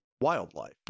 wildlife